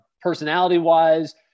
personality-wise